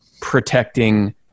protecting